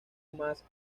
más